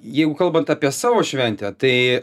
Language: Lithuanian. jeigu kalbant apie savo šventę tai